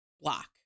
block